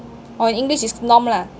or english is norm lah